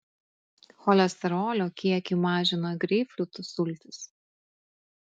cholesterolio kiekį mažina greipfrutų sultys